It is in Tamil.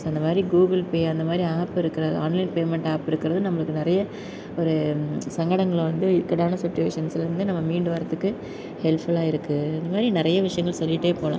ஸோ அந்த மாதிரி கூகிள்பே அந்த மாதிரி ஆப் இருக்கிற ஆன்லைன் பேமெண்ட் ஆப் இருக்கிறது நம்மளுக்கு நிறைய ஒரு சங்கடங்களை வந்து இக்கட்டான சிச்சுவேஷன்ஸில் இருந்து மீண்டு வரதுக்கு ஹெல்ப்ஃபுல்லாக இருக்குது இந்தமாதிரி நிறைய விஷயங்கள் சொல்லிகிட்டே போகலாம்